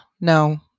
No